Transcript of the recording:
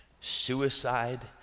suicide